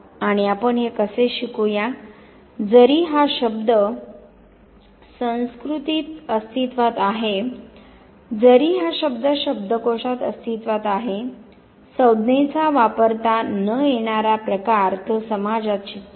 आणि आपण हे कसे शिकू या जरी हा शब्द संस्कृतीत अस्तित्वात आहे जरी हा शब्द शब्दकोषात अस्तित्त्वात आहे संज्ञेचा वापरता न येणारा प्रकार तो समाजात शिकतो